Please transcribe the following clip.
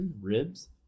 ribs